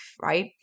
right